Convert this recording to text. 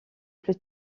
plus